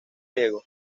riego